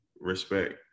respect